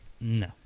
No